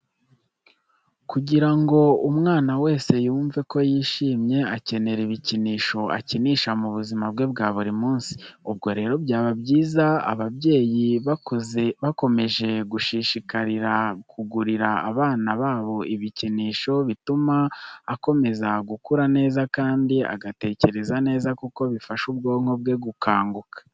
Kugira ngo umwana wese yumve ko yishimye, akenera ibikinisho akinisha mu buzima bwe bwa buri munsi. Ubwo rero byaba byiza ababyeyi bakomeje gushishikarira kugurira abana babo ibikinisho. Bituma akomeza gukura neza kandi agatekereza neza kuko bifasha ubwonko bwe gukanguka.